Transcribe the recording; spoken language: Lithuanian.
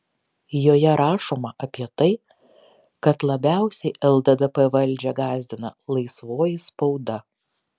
joje rašoma apie tai kad labiausiai lddp valdžią gąsdina laisvoji spauda